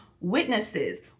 witnesses